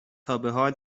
تابحال